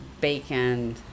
bacon